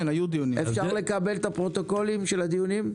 אפשר לקבל את הפרוטוקולים של הדיונים?